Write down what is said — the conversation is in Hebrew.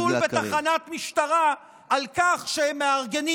לתשאול בתחנת משטרה על כך שהם מארגנים